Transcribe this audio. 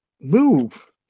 move